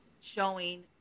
showing